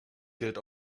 gilt